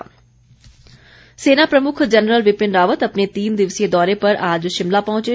विपिन रावत सेना प्रमुख जनरल विपिन रावत अपने तीन दिवसीय दौरे पर आज शिमला पहुंचे